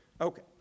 Okay